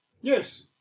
Yes